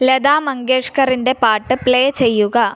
ലത മങ്കേഷ്ക്കറിന്റെ പാട്ട് പ്ലേ ചെയ്യുക